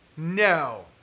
No